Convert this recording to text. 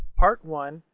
part one,